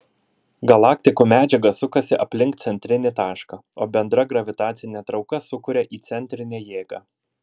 galaktikų medžiaga sukasi aplink centrinį tašką o bendra gravitacinė trauka sukuria įcentrinę jėgą